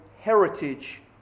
heritage